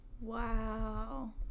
Wow